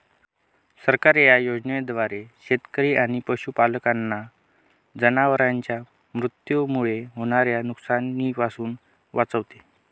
सरकार या योजनेद्वारे शेतकरी आणि पशुपालकांना जनावरांच्या मृत्यूमुळे होणाऱ्या नुकसानीपासून वाचवते